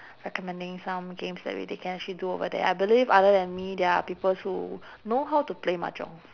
recommending some games that really can actually do over there I believe other than me there are peoples who know how to play mahjong